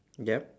yup